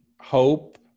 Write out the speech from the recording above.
hope